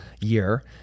year